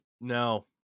no